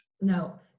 no